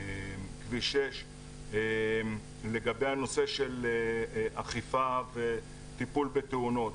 כביש 6. לגבי הנושא של אכיפה וטיפול בתאונות,